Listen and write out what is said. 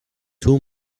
two